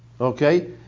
Okay